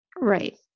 Right